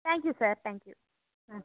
thank you sir thank you ah